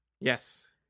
Yes